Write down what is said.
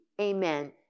amen